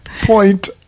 Point